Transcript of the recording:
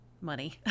money